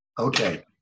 okay